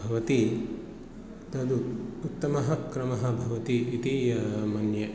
भवति तद् उत्तमः क्रमः भवति इति मन्ये